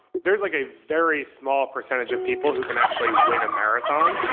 there's like a very small percentage of people who can actually win a marathon,